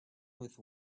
with